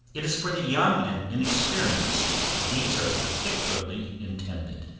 it is for the young and inexperienced these are particularly intended,